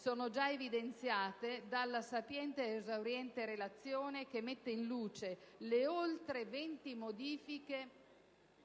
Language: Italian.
sono già evidenziate dalla sapiente ed esauriente relazione, che mette in luce le oltre venti modifiche